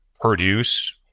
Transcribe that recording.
produce